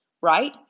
right